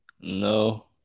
No